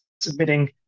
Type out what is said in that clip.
submitting